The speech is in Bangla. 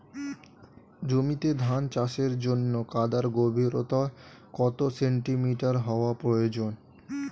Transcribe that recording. জমিতে ধান চাষের জন্য কাদার গভীরতা কত সেন্টিমিটার হওয়া প্রয়োজন?